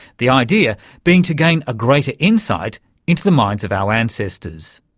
the idea being to gain a greater insight into the minds of our ancestors.